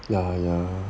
ya ya